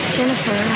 Jennifer